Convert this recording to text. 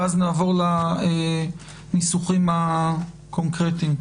ואז נעבור לניסוחים הקונקרטיים.